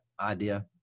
idea